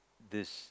this